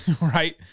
right